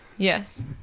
Yes